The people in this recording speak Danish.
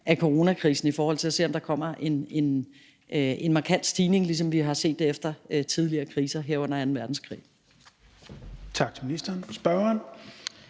af coronakrisen, i forhold til om der kommer en markant stigning, ligesom vi har set det efter tidligere kriser, herunder anden verdenskrig.